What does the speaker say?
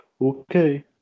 okay